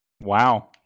Wow